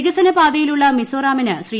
വികസന പാതയിലുള്ള മിസോറാമിന് ശ്രീ